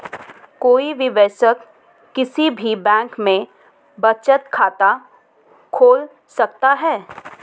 कोई भी वयस्क किसी भी बैंक में बचत खाता खोल सकता हैं